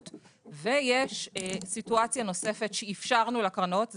ויש סיטואציה נוספת שאפשרנו לקרנות,